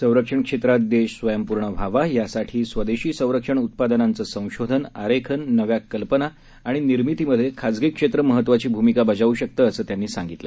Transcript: संरक्षण क्षेत्रात देश स्वयंपूर्ण व्हावा यासाठी स्वदेशी संरक्षण उत्पादनांचं संशोधन आरेखन नव्या कल्पना आणि निर्मीतीमधे खासगी क्षेत्र महत्त्वाची भूमिका बजावू शकतं असं त्यांनी सांगितलं